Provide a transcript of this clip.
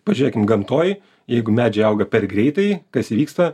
pažiūrėkim gamtoj jeigu medžiai auga per greitai kas įvyksta